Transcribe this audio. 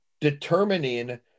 determining